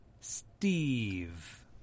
Steve